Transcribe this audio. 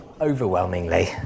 Overwhelmingly